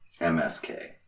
MSK